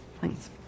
Thanks